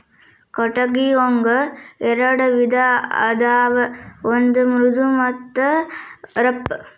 ಕಟಗಿ ಒಂಗ ಎರೆಡ ವಿಧಾ ಅದಾವ ಒಂದ ಮೃದು ಮತ್ತ ರಫ್